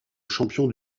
champion